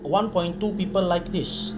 one point two people like this